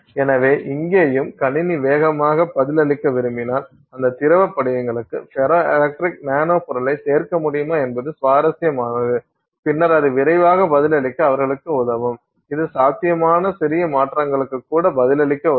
எனவே இங்கேயும் கணினி வேகமாக பதிலளிக்க விரும்பினால் அந்த திரவ படிகங்களுக்கு ஃபெரோ எலக்ட்ரிக் நானோ பொருள்களை சேர்க்க முடியுமா என்பது சுவாரஸ்யமானது பின்னர் அது விரைவாக பதிலளிக்க அவர்களுக்கு உதவும் இது சாத்தியமான சிறிய மாற்றங்களுக்கு கூட பதிலளிக்க உதவும்